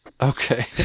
okay